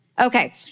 Okay